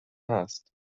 هست